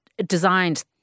designed